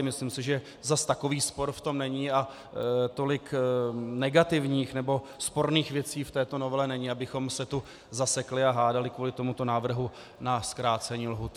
Myslím si, že zas takový spor v tom není a tolik negativních nebo sporných věcí v této novele není, abychom se tu zasekli a hádali se kvůli tomuto návrhu na zkrácení lhůty.